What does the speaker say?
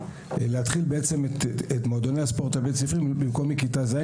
להתחיל בעצם את מועדוני הספורט הבית ספריים במקום מכיתה ז',